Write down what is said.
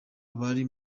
bari